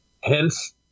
Hence